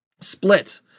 split